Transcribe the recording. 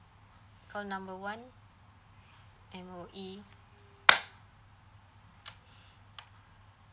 call number one M_O_E